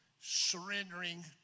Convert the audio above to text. surrendering